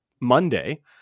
Monday